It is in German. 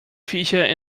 viecher